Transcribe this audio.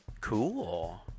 Cool